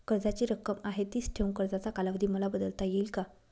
कर्जाची रक्कम आहे तिच ठेवून कर्जाचा कालावधी मला बदलता येईल का?